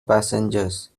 passengers